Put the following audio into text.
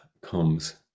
comes